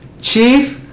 Chief